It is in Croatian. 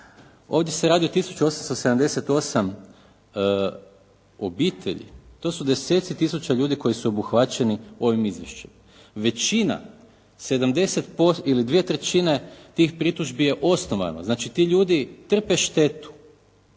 Ovdje se radi o 1878 obitelji. To su deseci tisuća ljudi koji su obuhvaćeni ovim izvješćem. Većina ili 2/3 tih pritužbi je osnovano. Znači, ti ljudi trpe štetu.